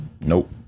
Nope